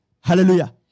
Hallelujah